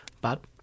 but